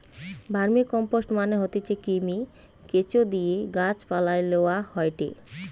vermicompost মানে হতিছে কৃমি, কেঁচোদিয়ে গাছ পালায় লেওয়া হয়টে